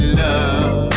love